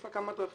יש לה כמה דרכים